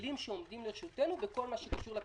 הכלים שעומדים לרשותנו בכל הקשור לפריפריה.